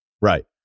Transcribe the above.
Right